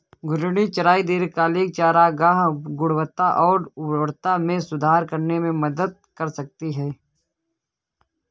घूर्णी चराई दीर्घकालिक चारागाह गुणवत्ता और उर्वरता में सुधार करने में मदद कर सकती है